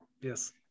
Yes